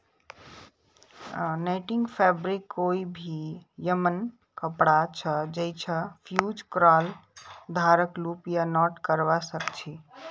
netting fabric कोई भी यममन कपड़ा छ जैइछा फ़्यूज़ क्राल धागाक लूप या नॉट करव सक छी